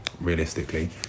realistically